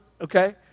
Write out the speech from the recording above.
Okay